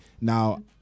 Now